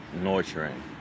nurturing